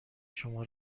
شما